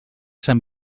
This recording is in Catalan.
sant